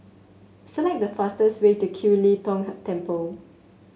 select the fastest way to Kiew Lee Tong Temple